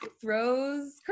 throws